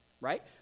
right